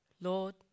Lord